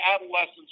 adolescents